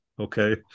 okay